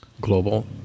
global